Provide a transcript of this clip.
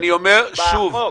אני אומר שוב,